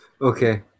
okay